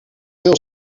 veel